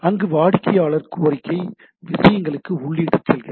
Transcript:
அங்கு வாடிக்கையாளர் கோரிக்கை விஷயங்களுக்கு உள்ளீடு செல்கிறது